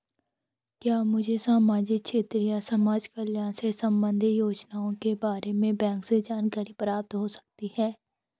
क्या मुझे सामाजिक क्षेत्र या समाजकल्याण से संबंधित योजनाओं के बारे में बैंक से जानकारी प्राप्त हो सकती है?